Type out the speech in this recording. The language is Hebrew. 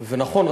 ונכון,